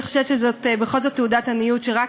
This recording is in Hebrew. אני חושבת שזאת בכל זאת תעודת עניות שרק